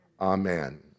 amen